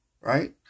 Right